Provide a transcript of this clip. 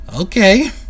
Okay